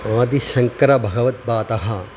आदिशङ्करभगवद्पादः